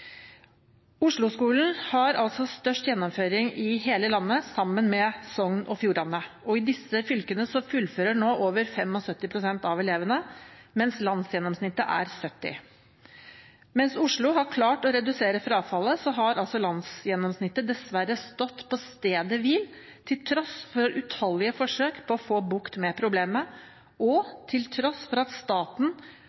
har altså størst gjennomføring i hele landet, sammen med Sogn og Fjordane. I disse fylkene fullfører nå over 75 pst. av elevene, mens landsgjennomsnittet er 70 pst. Mens Oslo har klart å redusere frafallet, har altså landsgjennomsnittet dessverre stått på stedet hvil, til tross for utallige forsøk på å få bukt med problemet og til tross for at staten